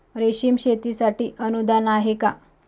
रेशीम शेतीसाठी अनुदान आहे का?